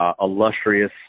illustrious